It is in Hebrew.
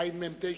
עמ/9,